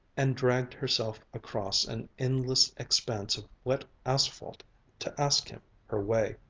and dragged herself across an endless expanse of wet asphalt to ask him her way.